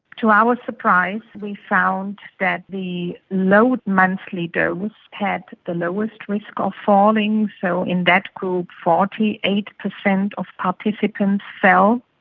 to our surprise we found that the low monthly dose had the lowest risk of falling. so in that group forty eight percent of participants fell,